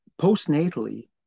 postnatally